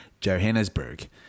Johannesburg